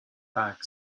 bag